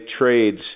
trades